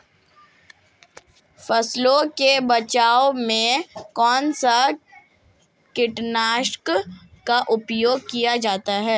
फसलों के बचाव में कौनसा कीटनाशक का उपयोग किया जाता है?